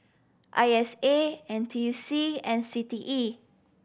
I S A N T U C and C T E